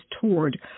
toured